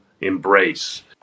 embrace